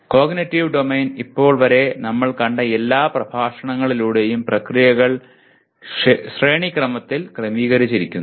cognitive domain ഇപ്പോൾ വരെ ഞങ്ങൾ കണ്ട എല്ലാ പ്രഭാഷണങ്ങളിലൂടെയും പ്രക്രിയകൾ ശ്രേണിക്രമത്തിൽ ക്രമീകരിച്ചിരിക്കുന്നു